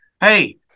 hey